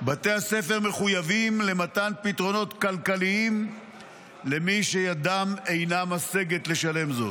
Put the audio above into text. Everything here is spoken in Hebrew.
בתי הספר מחויבים למתן פתרונות כלכליים למי שידם אינה משגת לשלם את זה.